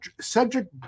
Cedric